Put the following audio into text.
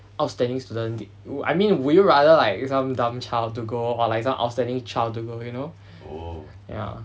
outstanding student I mean will you rather like some dumb child to go or like some outstanding child to go you know ya